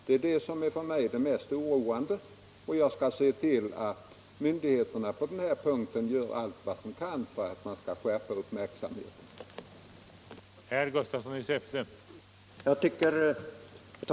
Det är detta som för mig är det mest oroande, och jag skall därför se till att myndigheterna gör allt vad de kan för att skärpa uppmärksamheten på den punkten.